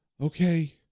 Okay